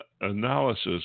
analysis